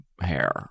hair